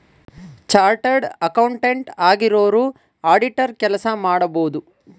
chartered accountant ಆಗಿರೋರು auditor ಕೆಲಸ ಮಾಡಬೋದು